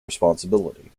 responsibility